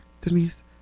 Denise